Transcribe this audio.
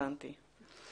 הבנתי.